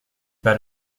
pas